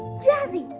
jazzy!